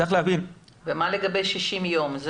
מה לגבי ה-60 ימים?